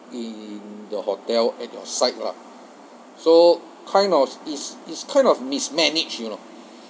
in the hotel at your side lah so kind of is is kind of mismanaged you know